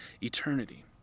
eternity